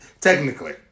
Technically